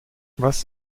was